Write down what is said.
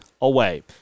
away